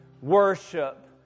worship